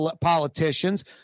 politicians